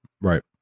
Right